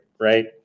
right